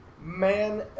Man